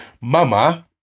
Mama